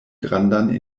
grandan